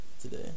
today